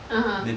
(uh huh)